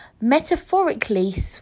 metaphorically